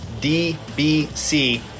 DBC